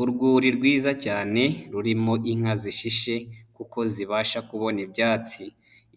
Urwuri rwiza cyane rurimo inka zishishe kuko zibasha kubona ibyatsi,